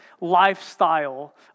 lifestyle